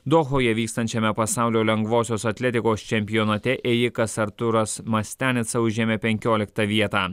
dohoje vykstančiame pasaulio lengvosios atletikos čempionate ėjikas arturas mastianica užėmė penkioliktą vietą